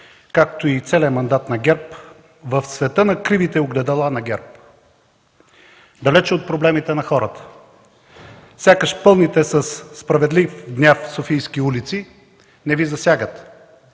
както и целия мандат на ГЕРБ, в света на кривите огледала на ГЕРБ – далеч от проблемите на хората. Сякаш пълните със справедлив гняв софийски улици не Ви засягат?